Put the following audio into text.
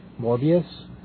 Morbius